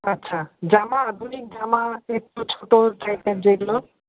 আচ্ছা জামা আধুনিক জামা একটু ছোটো টাইপের যেগুলো